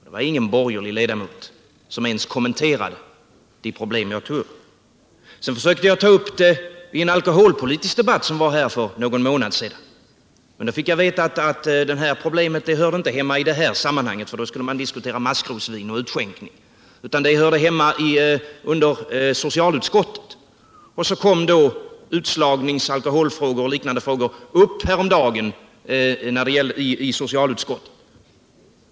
Det var ingen borgerlig ledamot som ens kommenterade de problem jag diskuterade. Sedan försökte jag ta upp frågan vid en alkoholpolitisk debatt i riksdagen för någon månad sedan, men då fick jag veta att det problemet inte hörde hemma i detta sammanhang. Då skulle man diskutera maskrosvin och utskänkning. Det skulle i stället höra hemma under socialutskottet. Så kom utslagningen, alkoholfrågor och liknande spörsmål upp häromdagen i socialutskottet.